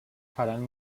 faran